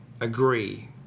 agree